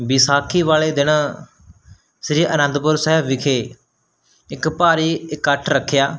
ਵਿਸਾਖੀ ਵਾਲੇ ਦਿਨ ਸ੍ਰੀ ਅਨੰਦਪੁਰ ਸਹਿਬ ਵਿਖੇ ਇੱਕ ਭਾਰੀ ਇਕੱਠ ਰੱਖਿਆ